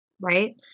right